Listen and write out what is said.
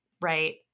right